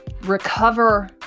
recover